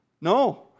No